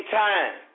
time